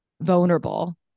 vulnerable